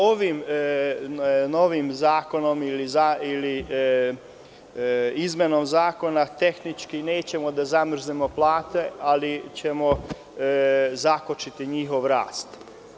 Ovim novim zakonom ili izmenom zakona tehnički nećemo da zamrznemo plate, ali zakočićemo njihov rast.